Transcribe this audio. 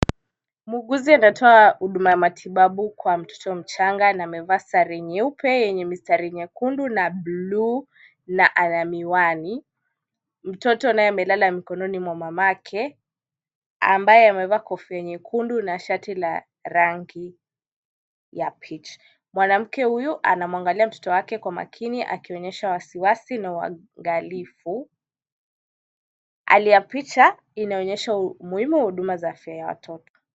Muuguzi anatoa huduma ya matibabu kwa mtoto mchanga na amevaa sare nyeupe yenye mistari nyekundu na blue na ana miwani. Mtoto naye amelala mikononi mwa mamake ambaye amevaa kofia nyekundu na shati la rangi ya pitch . Mwanamke huyu anamwangalia mtoto wake kwa makini akionyesha wasiwasi na uangalifu. Hali ya picha inaonyesha umuhimu wa huduma za afya ya watoto.